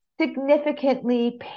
significantly